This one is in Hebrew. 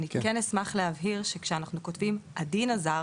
אני כן אשמח להבהיר שכשאנחנו כותבים "הדין הזר"